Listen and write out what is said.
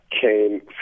came